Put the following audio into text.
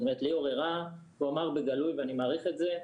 ליאור הראה, הוא אמר בגלוי ואני מעריך את זה,